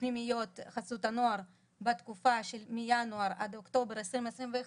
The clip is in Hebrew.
בפנימיות חסות הנוער בתקופה מינואר עד אוקטובר 2021,